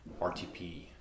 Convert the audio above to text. RTP